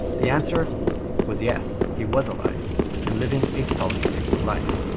the answer was yes, he was alive and living a solitary life,